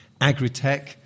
Agritech